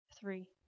three